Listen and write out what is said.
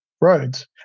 roads